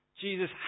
Jesus